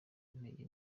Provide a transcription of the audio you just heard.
intege